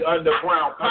Underground